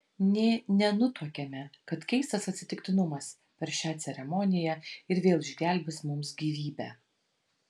nė nenutuokėme kad keistas atsitiktinumas per šią ceremoniją ir vėl išgelbės mums gyvybę